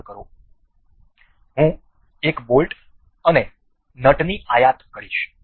હું એક બોલ્ટ અને નટની આયાત કરીશ